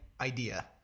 idea